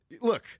look